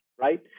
right